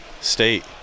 state